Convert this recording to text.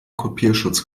kopierschutz